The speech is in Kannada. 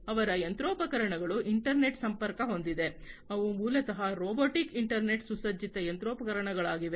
ಅವರ ಯಂತ್ರೋಪಕರಣಗಳು ಇಂಟರ್ನೆಟ್ ಸಂಪರ್ಕ ಹೊಂದಿವೆ ಅವು ಮೂಲತಃ ರೊಬೊಟಿಕ್ ಇಂಟರ್ನೆಟ್ ಸುಸಜ್ಜಿತ ಯಂತ್ರೋಪಕರಣಗಳಾಗಿವೆ